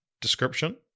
description